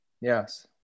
Yes